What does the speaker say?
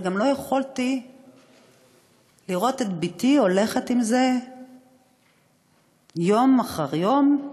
אבל גם לא יכולתי לראות את בתי הולכת עם זה יום אחר יום,